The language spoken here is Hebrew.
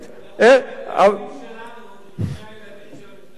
הילדים שלנו לפני הילדים של המסתננים,